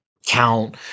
count